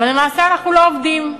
אבל למעשה אנחנו לא עובדים.